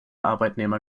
arbeitnehmer